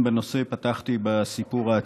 עד יום ראשון.